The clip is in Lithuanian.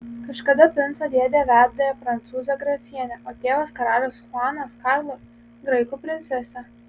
kažkada princo dėdė vedė prancūzę grafienę o tėvas karalius chuanas karlas graikų princesę